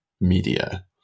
media